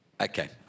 Okay